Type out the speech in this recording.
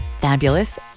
Fabulous